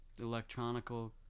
electronical